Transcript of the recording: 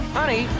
Honey